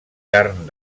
carn